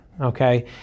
okay